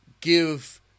give